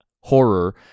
horror